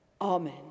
Amen